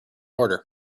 order